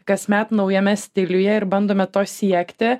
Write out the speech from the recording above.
kasmet naujame stiliuje ir bandome to siekti